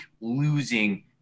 losing